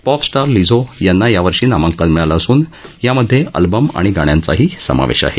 pop स्त्रि Lizzo यांना यावर्षी नामांकन मिळालं असून यामधे अल्बम आणि गाण्यांचाही समावेश आहे